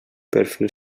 perfil